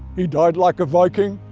he died like a viking,